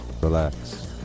relax